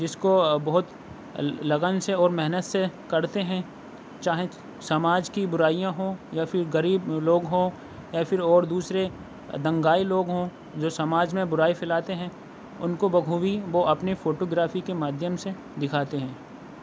جس کو بہت لگن سے اور محنت سے کرتے ہیں چاہے سماج کی برائیاں ہوں یا پھر غریب لوگ ہوں یا پھر اور دوسرے دنگائی لوگ ہوں جو سماج میں بُرائی پھیلاتے ہیں اُن کو بخوبی وہ اپنی فوٹو گرافی کے مادھیم سے دکھاتے ہیں